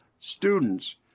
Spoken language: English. students